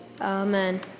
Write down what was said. Amen